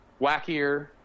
wackier